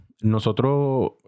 nosotros